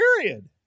period